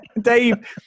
Dave